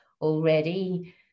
already